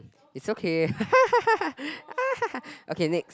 it's okay okay next